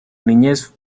niñez